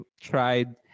tried